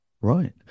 Right